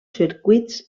circuits